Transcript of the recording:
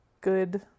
Good